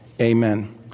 Amen